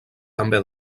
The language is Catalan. també